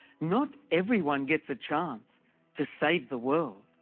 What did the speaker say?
not everyone gets a chance to save the world.